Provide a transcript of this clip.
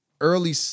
early